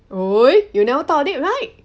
!oi! you never thought of it right